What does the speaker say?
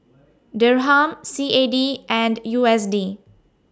Dirham C A D and U S D